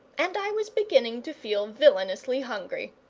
and i was beginning to feel villainously hungry.